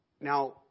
Now